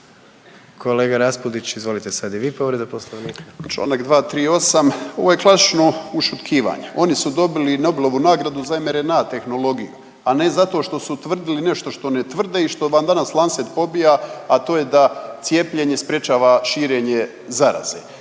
Kolega Raspudić izvolite sad i vi, povreda Poslovnika. **Raspudić, Nino (MOST)** Članak 238., ovo je klasično ušutkivanje oni su dobili Nobelovu nagradu za mRNA tehnologiju, a ne zato što su tvrdili nešto što ne tvrde i što vam danas Lancet pobija, a to je da cijepljenje sprječava širenje zaraze.